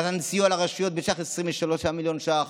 נתן סיוע לישיבות בסך 23 מיליון ש"ח.